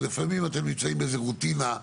כי לפעמים אתם נמצאים באיזו שגרה,